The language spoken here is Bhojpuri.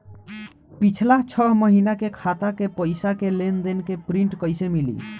पिछला छह महीना के खाता के पइसा के लेन देन के प्रींट कइसे मिली?